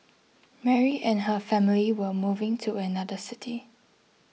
Mary and her family were moving to another city